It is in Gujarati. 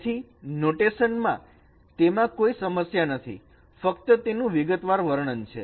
તેથી નોટેશન માં તેમાં કોઈ સમસ્યા નથી ફક્ત તેનું વિગતવાર વર્ણન છે